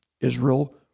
Israel